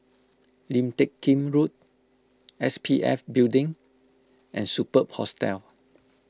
Lim Teck Kim Road S P F Building and Superb Hostel